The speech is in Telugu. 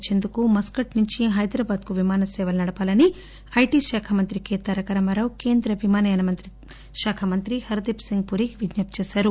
వచ్చేందుకు మస్కట్ నుంచి హైదరాబాద్కు విమాన సేవలు నడపాలని ఐటి శాఖ మంత్రి కె తారకరామారావు కేంద్ర విమానయాన శాఖ మంత్రి హర్గీప్ సింగ్ పురికి విజ్ఞప్తి చేశారు